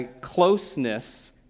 closeness